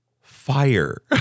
fire